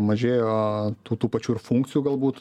mažėjo tų tų pačių ir funkcijų galbūt